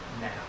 now